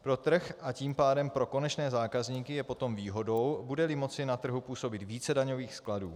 Pro trh a tím pádem pro konečné zákazníky je potom výhodou, budeli moci na trhu působit více daňových skladů.